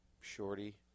Shorty